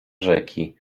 rzeki